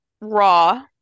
Raw